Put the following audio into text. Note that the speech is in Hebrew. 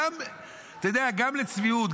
גם לצביעות,